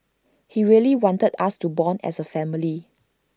he really wanted us to Bond as A family